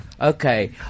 Okay